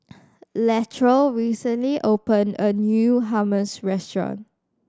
Latrell recently opened a new Hummus Restaurant